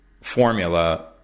formula